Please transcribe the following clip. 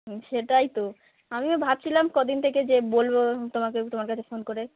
হুম সেটাই তো আমিও ভাবছিলাম কদিন থেকে যে বলবো তোমাকে তোমার কাছে ফোন করে